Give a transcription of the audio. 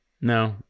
No